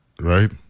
right